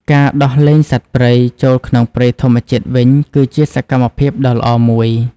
ការដោះលែងសត្វព្រៃចូលក្នុងព្រៃធម្មជាតិវិញគឺជាសកម្មភាពដ៏ល្អមួយ។